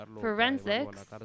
forensics